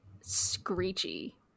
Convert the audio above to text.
screechy